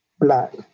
Black